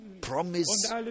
promise